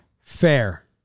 Fair